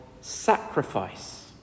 sacrifice